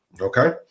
Okay